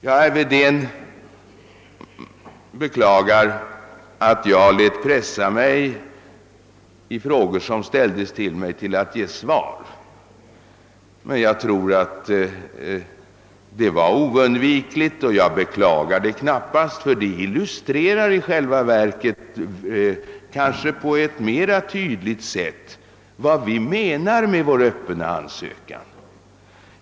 Herr Wedén beklagade att jag lät pressa mig att ge svar på frågor som ställts till mig. Jag tror att det var oundvikligt, och jag beklagar knappast att jag svarade, ty mina svar illustrerar kanske tydligare än tidigare vad vi menar med vår öppna ansökan.